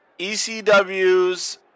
ECW's